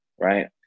right